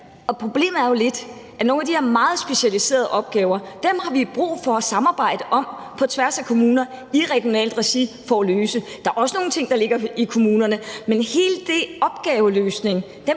Problemet er jo lidt, at nogle af de her meget specialiserede opgaver har vi brug for at samarbejde om på tværs af kommunerne og i regionalt regi for at løse. Der er også nogle ting, der ligger godt i kommunerne. Men hele den opgaveløsning